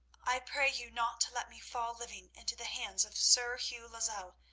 i pray you not to let me fall living into the hands of sir hugh lozelle,